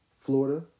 Florida